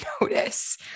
notice